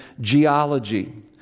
geology